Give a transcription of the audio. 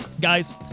Guys